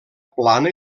plana